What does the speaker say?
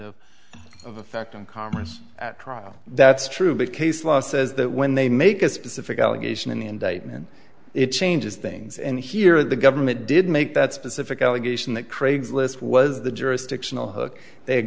of effect on commerce at trial that's true but case law says that when they make a specific allegation in the indictment it changes things and here the government did make that specific allegation that craig's list was the jurisdictional hook